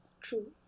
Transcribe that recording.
True